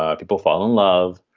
ah people fall in love.